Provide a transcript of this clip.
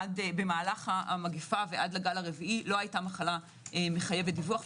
שבמהלך המגפה ועד הגל הרביעי לא היתה מחלה מחייבת דיווח,